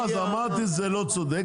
אז אמרתי זה לא צודק,